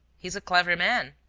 he's a clever man.